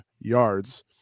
yards